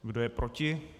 Kdo je proti?